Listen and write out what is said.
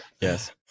Yes